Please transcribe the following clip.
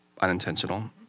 unintentional